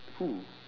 who